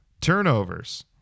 Turnovers